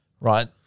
right